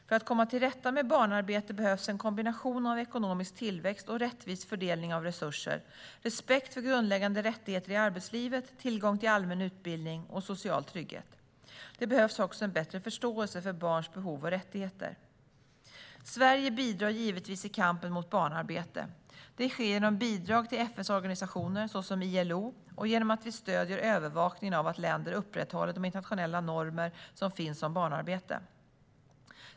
För att komma till rätta med barnarbete behövs en kombination av ekonomisk tillväxt och rättvis fördelning av resurser, respekt för grundläggande rättigheter i arbetslivet, tillgång till allmän utbildning och social trygghet. Det behövs också en bättre förståelse för barns behov och rättigheter. Sverige bidrar givetvis i kampen mot barnarbete. Det sker genom bidrag till FN:s organisationer, såsom ILO, och genom att vi stöder övervakningen av att länder upprätthåller de internationella normer som finns om barnarbete.